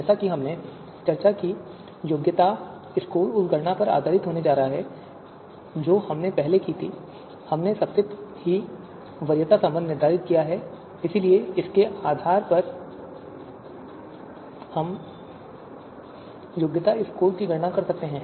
जैसा कि हमने चर्चा की कि योग्यता स्कोर उस गणना पर आधारित होने जा रहे हैं जो हमने पहले की है जैसे हमने पहले से ही वरीयता संबंध निर्धारित किया है इसलिए उसके आधार पर हम योग्यता स्कोर की गणना कर सकते हैं